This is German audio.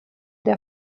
der